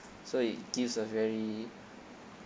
so it gives a very